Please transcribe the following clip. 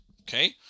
Okay